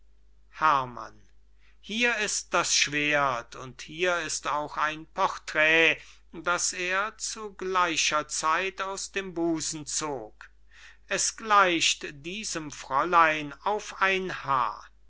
herrmann hier ist das schwerdt und hier ist auch ein portrait das er zu gleicher zeit aus dem busen zog es gleicht diesem fräulein auf ein haar